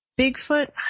Bigfoot